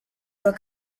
were